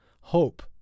hope